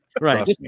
Right